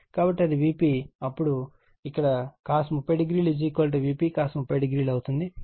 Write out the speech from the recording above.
కాబట్టి అది Vp అప్పుడు ఇక్కడ cos 30o Vp cos 30o అవుతుంది